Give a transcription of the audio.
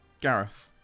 Gareth